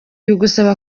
bigusaba